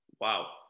Wow